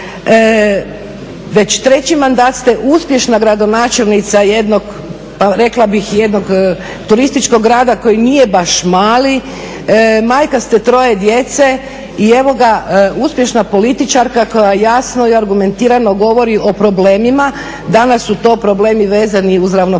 već treći mandat ste uspješna gradonačelnica jednog, pa rekla bih jednog turističkog grada koji nije baš mali, majka ste troje djece i evo ga uspješna političarka koja jasno i argumentirano govori o problemima. Danas su to problemi vezani uz ravnopravnost